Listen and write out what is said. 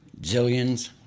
zillions—